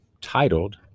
titled